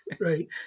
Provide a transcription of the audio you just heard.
Right